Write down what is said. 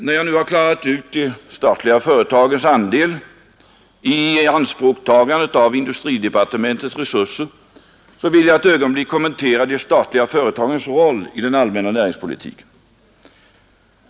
När jag nu har klarat ut de statliga företagens andel när det gäller ianspråktagandet av industridepartementets resurser vill jag ett ögonblick kommentera de statliga företagens roll i den allmänna näringspolitiken.